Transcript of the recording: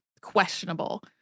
questionable